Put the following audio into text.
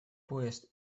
поезд